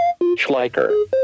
schleicher